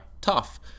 tough